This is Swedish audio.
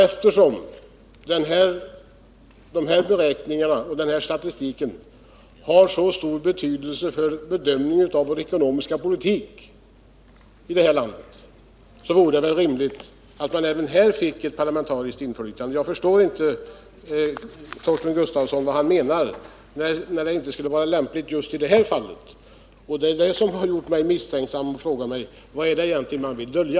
Eftersom dessa beräkningar och denna statistik har så stor betydelse för bedömningen av den ekonomiska politik som bedrivs i detta land, vore det väl rimligt även här med ett parlamentariskt inflytande. Jag förstår inte vad Torsten Gustafsson menar med att det skulle vara olämpligt just i detta fall. Det har gjort mig misstänksam, och jag frågar mig: Vad är det egentligen man vill dölja?